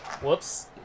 Whoops